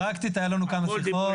פרקטית היו לנו כמה שיחות.